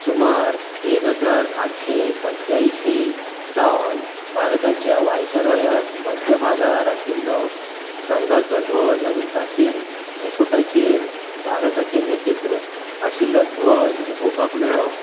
सुमार एक हजार आठशे पंच्यायशीं सावन भारताच्या व्हायसरॉयाक मध्यभागार आशिल्लो संघाचो ध्वज आनी ताचेर मुकुटाचेर भारताचे नखेत्र आशिल्लो ध्वज उबोवपाक मेळ्ळो